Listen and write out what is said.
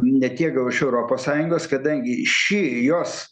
ne tiek gal iš europos sąjungos kadangi ši ir jos